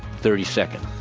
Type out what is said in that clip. thirty second.